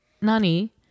nani